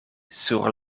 sur